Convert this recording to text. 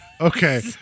Okay